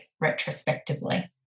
retrospectively